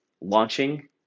launching